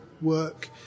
work